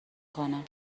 کنم